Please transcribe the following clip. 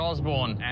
Osborne